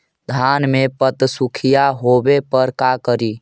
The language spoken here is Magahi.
धान मे पत्सुखीया होबे पर का करि?